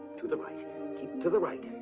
to the right. keep to the right.